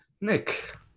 Nick